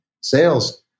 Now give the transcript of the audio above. sales